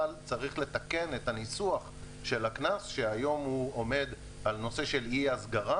אבל צריך לתקן את הניסוח של הקנס שהיום עומד על נושא של אי-הסגרה.